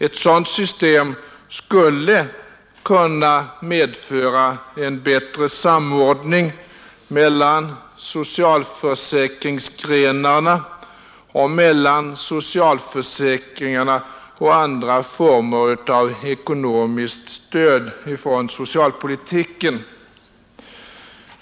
Ett sådant system skulle kunna medföra en bättre samordning mellan socialförsäkringsgrenarna och mellan socialförsäkringarna och andra former av ekonomiskt stöd från socialpolitiken.